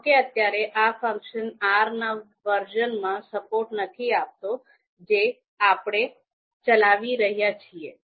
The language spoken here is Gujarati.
જો કે અત્યારે આ ફંક્શન R ના વર્ઝનમાં સપોર્ટે નથી આપતો જે આપણે ચલાવી રહ્યા છીએ